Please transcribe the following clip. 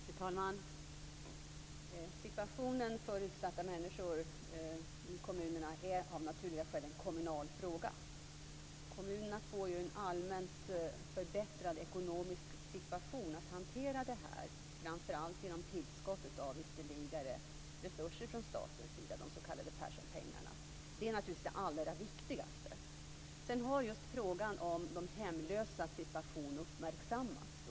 Fru talman! Situationen för utsatta människor i kommunerna är av naturliga skäl en kommunal fråga. Kommunerna får ju en allmänt förbättrad ekonomisk situation för att kunna hantera det här framför allt genom tillskottet av ytterligare resurser från staten, de s.k. Perssonpengarna. Det är naturligtvis det allra viktigaste. Sedan har just frågan om de hemlösas situation uppmärksammats.